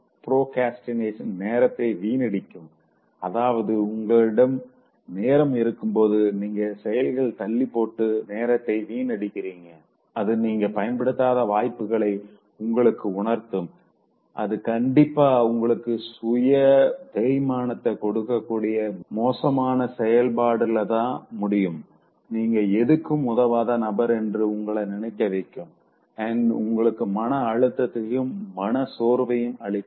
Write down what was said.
procrastination நேரத்த வீணடிக்கும் அதாவது உங்களிடம் நேரம் இருக்கும்போது நீங்க செயல்கள தள்ளிப்போட்டு நேரத்த வீன் அடிக்கிறீங்க அது நீங்க பயன்படுத்தாத வாய்ப்புகளை உங்களுக்கு உணர்த்தும் அது கண்டிப்பா உங்களக்கு சுயவிமர்சனத்த சுய தேய்மானத்த கொடுக்கக்கூடிய மோசமான செயல்பாடுலதா முடியும்நீங்க எதுக்கும் உதவாத நபர் என்று உங்கள நினைக்க வைக்கும் அண்ட் உங்களுக்கு மன அழுத்தத்தையும் மன சோர்வையும் அளிக்கும்